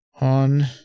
on